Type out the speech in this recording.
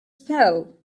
spell